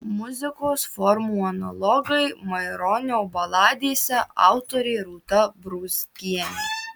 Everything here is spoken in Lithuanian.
muzikos formų analogai maironio baladėse autorė rūta brūzgienė